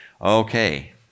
Okay